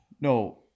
No